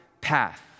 path